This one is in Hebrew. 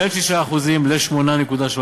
בין 6% ל-8.3%.